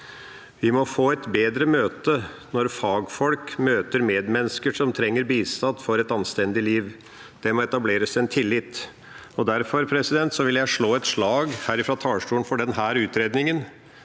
Vi må få til bedre møter når fagfolk møter medmennesker som trenger bistand for å få et anstendig liv. Det må etableres tillit. Derfor vil jeg slå et slag her fra talerstolen for denne utredningen,